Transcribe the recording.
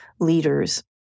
leaders